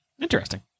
Interesting